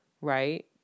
right